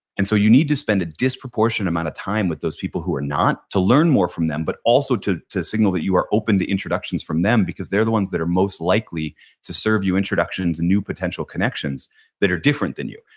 and so you need to spend a disproportionate amount of time with those people who are not to learn more from them but also to to signal that you are open to introductions from them because they're the ones that are most likely to serve you introductions and new potential connections that are different than you.